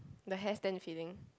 the hair stand feeling